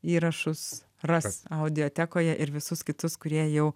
įrašus ras audiotekoje ir visus kitus kurie jau